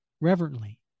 reverently